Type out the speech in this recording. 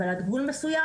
אבל עד גבול מסוים,